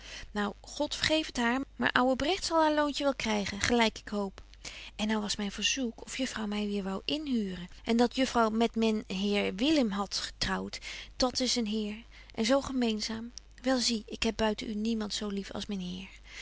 nou god vergeef het haar maar ouwe bregt zal haar loontje wel krygen gelyk ik hoop en nou was myn verzoek of juffrouw my weer wou inhuren en dat juffrouw met men heer willem hadt getrouwt dat is een heer en zo gemeenzaam wel zie ik heb buiten u niemand zo lief als men heer